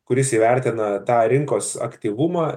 kuris įvertina tą rinkos aktyvumą